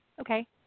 Okay